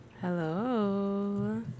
hello